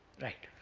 right.